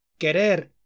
Querer